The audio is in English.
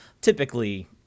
typically